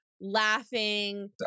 laughing